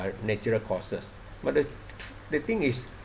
natural causes but the the thing is